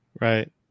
Right